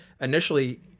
initially